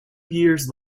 years